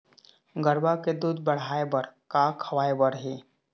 गरवा के दूध बढ़ाये बर का खवाए बर हे?